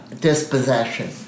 dispossession